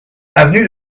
avenue